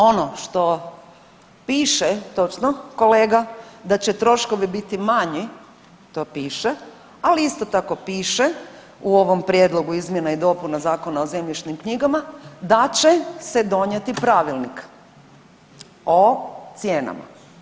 Ono što piše točno kolega da će troškovi biti manji, to piše, ali isto tako piše u ovom prijedlogu izmjena i dopuna Zakona o zemljišnim knjigama da će se donijeti pravilnik o cijenama.